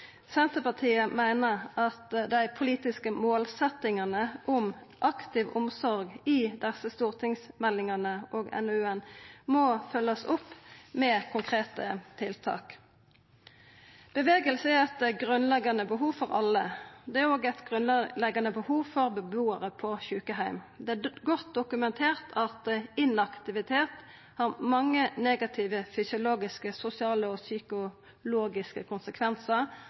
Senterpartiet meiner at dei politiske målsetjingane om aktiv omsorg i desse stortingsmeldingane og NOU-en må følgjast opp med konkrete tiltak. Bevegelse er eit grunnleggjande behov for alle. Det er òg eit grunnleggjande behov for bebuarar på sjukeheim. Det er godt dokumentert at inaktivitet har mange negative fysiologiske, sosiale og psykologiske konsekvensar.